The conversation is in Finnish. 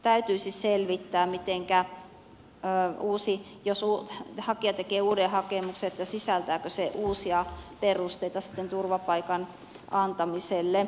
täytyisi selvittää jos hakija tekee uuden hakemuksen sisältääkö se sitten uusia perusteita turvapaikan antamiselle